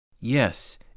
Yes